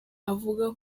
avuga